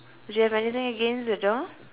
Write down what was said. do you anything against the door